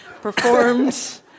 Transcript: performed